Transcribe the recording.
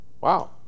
Wow